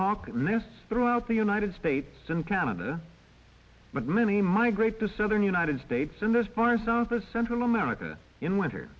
less throughout the united states and canada but many migrate the southern united states and those far south of central america in winter